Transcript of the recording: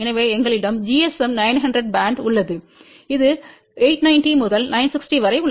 எனவே எங்களிடம் GSM 900 band உள்ளது இது 890 முதல் 960 வரை உள்ளது